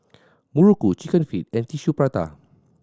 muruku Chicken Feet and Tissue Prata